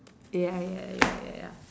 ya ya ya ya ya